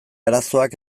arazoak